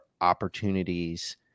opportunities